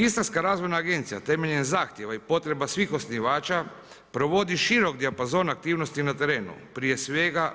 Istarska razvojna agencija temeljem zahtjeva i potreba svih osnivača provodi širok dijapazon aktivnosti na terenu, prije svega